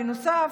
בנוסף,